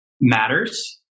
matters